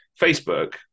Facebook